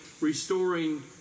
restoring